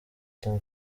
tom